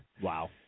Wow